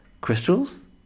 crystals